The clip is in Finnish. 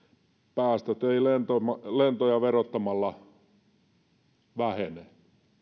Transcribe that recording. päästöt eivät lentoja verottamalla vähene